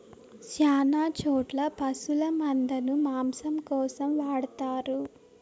శ్యాన చోట్ల పశుల మందను మాంసం కోసం వాడతారు